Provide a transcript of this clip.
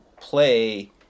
play